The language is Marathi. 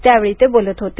त्या वेळी ते बोलत होते